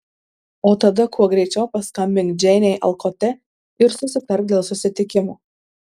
o tada kuo greičiau paskambink džeinei alkote ir susitark dėl susitikimo